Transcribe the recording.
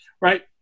right